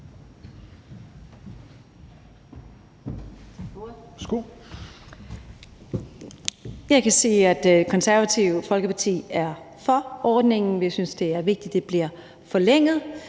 Jeg kan sige, at Det Konservative Folkeparti er for ordningen. Vi synes, det er vigtigt, at den bliver forlænget